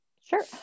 Sure